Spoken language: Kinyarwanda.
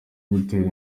gutera